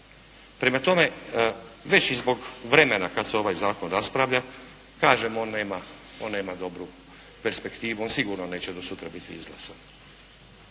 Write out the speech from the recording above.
Prema tome, već i zbog vremena kada se ovaj Zakon raspravlja, kažemo on nema, on nema dobru perspektivu, on sigurno neće do sutra biti izglasan,